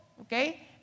Okay